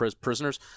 prisoners